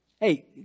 Hey